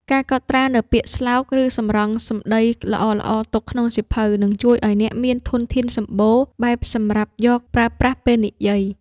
ការកត់ត្រានូវពាក្យស្លោក ឬសម្រង់សម្ដីល្អៗទុកក្នុងសៀវភៅ នឹងជួយឱ្យអ្នកមានធនធានសម្បូរបែបសម្រាប់យកមកប្រើប្រាស់ពេលនិយាយ។